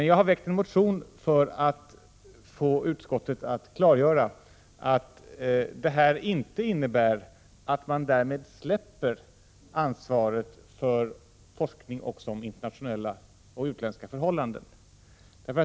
Jag har väckt en motion för att få utbildningsutskottet att klargöra att detta inte innebär att HSFR därmed släpper ansvaret för forskning också om internationella och utländska förhållanden.